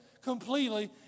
completely